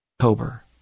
October